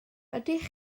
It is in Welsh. ydych